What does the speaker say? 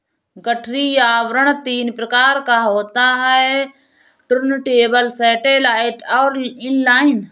गठरी आवरण तीन प्रकार का होता है टुर्नटेबल, सैटेलाइट और इन लाइन